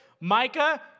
Micah